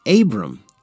Abram